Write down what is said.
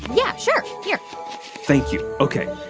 yeah, sure. here thank you. ok.